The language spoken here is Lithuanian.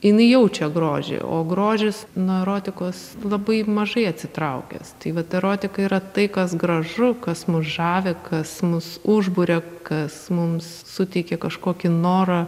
jinai jaučia grožį o grožis nuo erotikos labai mažai atsitraukęs tai vat erotika yra tai kas gražu kas mus žavi kas mus užburia kas mums suteikia kažkokį norą